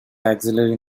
axillary